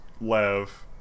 Lev